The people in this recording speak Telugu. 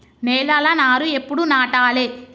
నేలలా నారు ఎప్పుడు నాటాలె?